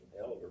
elder